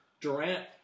Durant